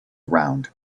round